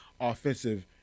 offensive